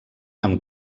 amb